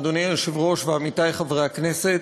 אדוני היושב-ראש ועמיתי חברי הכנסת,